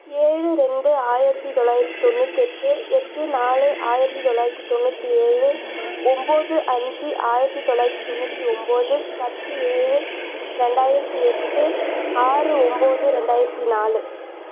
ஏழு ரெண்டு ஆயிரத்தி தொள்ளாயிரத்தி தொண்ணூத்தெட்டு எட்டு நாலு ஆயிரத்தி தொள்ளாயிரத்தி தொண்ணூற்றி ஏழு ஒம்பது அஞ்சு ஆயிரத்தி தொள்ளாயிரத்தி தொண்ணூற்றி ஒம்பது பத்து ஏழு ரெண்டாயிரத்தி எட்டு ஆறு ஒம்பது ரெண்டாயிரத்தி நாலு